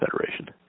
Federation